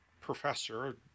professor